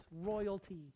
royalty